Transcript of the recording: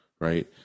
right